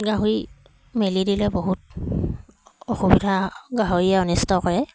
গাহৰি মেলি দিলে বহুত অসুবিধা গাহৰিয়ে অনিষ্ট কৰে